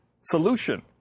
solution